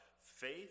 faith